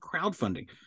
crowdfunding